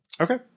okay